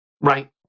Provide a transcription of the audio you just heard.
right